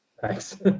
Thanks